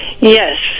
Yes